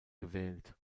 gewählt